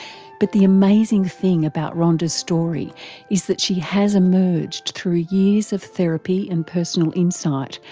but the amazing thing about rhonda's story is that she has emerged through years of therapy and personal insight,